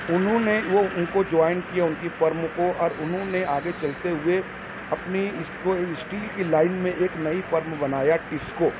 انہوں نے وہ ان کو جوائن کیا ان کی فرم کو اور انہوں نے آگے چلتے ہوئے اپنی اس کو اسٹیل کی لائن میں ایک نئی فرم بنایا ٹیسکو